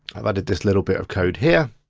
i but did this little bit of code here.